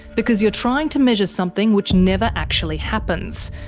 because you're trying to measure something which never actually happens.